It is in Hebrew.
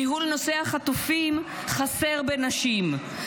ניהול נושא החטופים חסר בנשים,